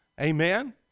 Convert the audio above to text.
Amen